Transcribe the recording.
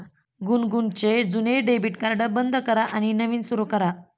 गुनगुनचे जुने debit card बंद करा आणि नवीन सुरू करा